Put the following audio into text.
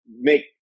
make